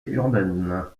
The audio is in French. urbaine